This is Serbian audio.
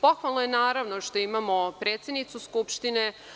Pohvalno je, naravno, što imamo predsednicu Skupštine.